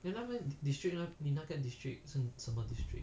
district will not get district 真的